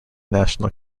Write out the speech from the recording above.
national